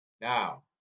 Now